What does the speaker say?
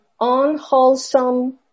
unwholesome